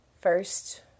First